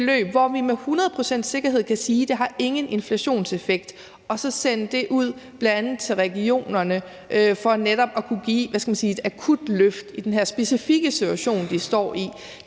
hundrede procents sikkerhed kan sige, at det ingen inflationseffekt har, og så sende det ud til bl.a. regionerne for netop at kunne give et akut løft i den specifikke situation, de står i.